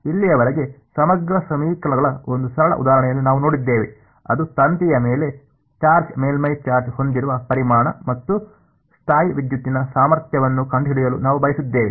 ಇಲ್ಲಿಯವರೆಗೆ ಸಮಗ್ರ ಸಮೀಕರಣಗಳ ಒಂದು ಸರಳ ಉದಾಹರಣೆಯನ್ನು ನಾವು ನೋಡಿದ್ದೇವೆ ಅದು ತಂತಿಯ ಮೇಲೆ ಚಾರ್ಜ್ ಮೇಲ್ಮೈ ಚಾರ್ಜ್ ಹೊಂದಿರುವ ಪರಿಮಾಣ ಮತ್ತು ಸ್ಥಾಯೀವಿದ್ಯುತ್ತಿನ ಸಾಮರ್ಥ್ಯವನ್ನು ಕಂಡುಹಿಡಿಯಲು ನಾವು ಬಯಸಿದ್ದೇವೆ